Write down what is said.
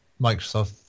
microsoft